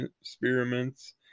experiments